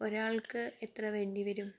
ഒരാൾക്ക് എത്ര വേണ്ടി വരും